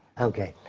ok.